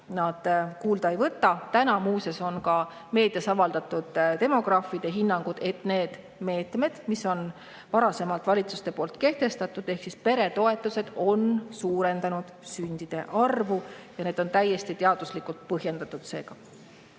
nad kuulda ei võta. Täna, muuseas, on ka meedias avaldatud demograafide hinnangud, et need meetmed, mis on varasemalt valitsuste poolt kehtestatud, ehk siis peretoetused, on sündide arvu suurendanud. Need on seega täiesti teaduslikult põhjendatud. Aga